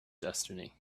destiny